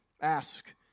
ask